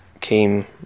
came